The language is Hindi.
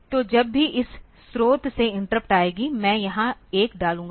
तो जब भी इस स्रोत से इंटरप्ट आएगी मैं यहां 1 डालूंगा